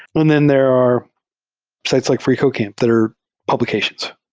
and then there are sites like freecodecamp that are publications.